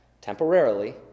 temporarily